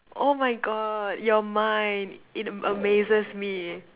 oh my God your mind it amazes me